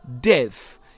death